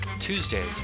Tuesdays